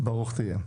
ברוך תהיה.